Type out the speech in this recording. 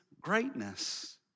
greatness